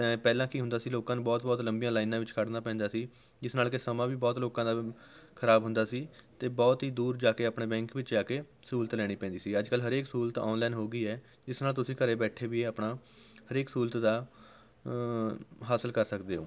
ਤਾਂ ਪਹਿਲਾਂ ਕੀ ਹੁੰਦਾ ਸੀ ਲੋਕਾਂ ਨੂੰ ਬਹੁਤ ਬਹੁਤ ਲੰਬੀਆਂ ਲਾਈਨਾਂ ਵਿੱਚ ਖੜ੍ਹਨਾ ਪੈਂਦਾ ਸੀ ਜਿਸ ਨਾਲ਼ ਕਿ ਸਮਾਂ ਵੀ ਬਹੁਤ ਲੋਕਾਂ ਦਾ ਖਰਾਬ ਹੁੰਦਾ ਸੀ ਅਤੇ ਬਹੁਤ ਹੀ ਦੂਰ ਜਾ ਕੇ ਆਪਣੇ ਬੈਂਕ ਵਿੱਚ ਜਾ ਕੇ ਸਹੂਲਤ ਲੈਣੀ ਪੈਂਦੀ ਸੀ ਅੱਜ ਕੱਲ੍ਹ ਹਰੇਕ ਸਹੂਲਤ ਔਨਲਾਈਨ ਹੋ ਗਈ ਹੈ ਜਿਸ ਨਾਲ਼ ਤੁਸੀਂ ਘਰ ਬੈਠੇ ਵੀ ਆਪਣਾ ਹਰੇਕ ਸਹੂਲਤ ਦਾ ਹਾਸਲ ਕਰ ਸਕਦੇ ਹੋ